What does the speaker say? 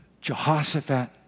Jehoshaphat